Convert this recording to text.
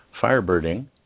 Firebirding